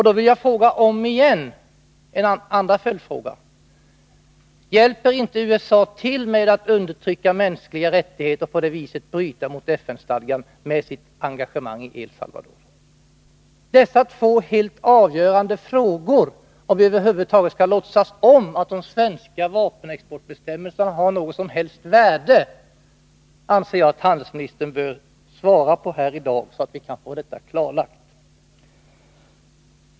Då vill jag om igen ställa en andra följdfråga: Hjälper inte USA till med att undertrycka mänskliga rättigheter och på det viset bryta mot FN-stadgan genom sitt engagemang i El Salvador? Dessa två helt avgörande frågor för om vi över huvud taget skall låtsas om att de svenska vapenexportbestämmelserna har något som helst värde anser jag att handelsministern bör svara på här i dag, så att vi kan få detta klarlagt.